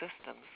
systems